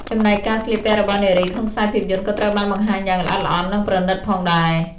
ចំណែកការស្លៀកពាក់របស់នារី ក្នុងខ្សែភាពយន្តក៏ត្រូវបានបង្ហាញយ៉ាងល្អិតល្អន់ និងប្រណីតផងដែរ។